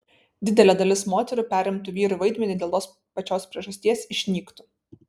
didelė dalis moterų perimtų vyrų vaidmenį ir dėl tos pačios priežasties išnyktų